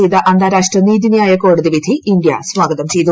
ചെയ്ത അന്താരാഷ്ട്ര നീതിന്ദ്ധാ്യികോടതി വിധി ഇന്ത്യ സ്വാഗതം ചെയ്തു